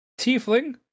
tiefling